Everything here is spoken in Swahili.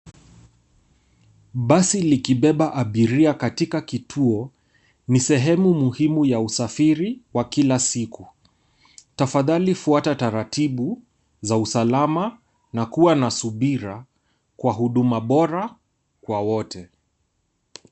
Basi likibeba abiria katika kituo, ni sehemu muhimu ya usafiri wa kila siku. Tafadhali fuata taratibu za usalama na kuwa na subira kwa huduma bora kwa wote.